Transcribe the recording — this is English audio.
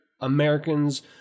Americans